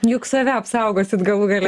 juk save apsaugosit galų gale